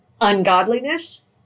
Ungodliness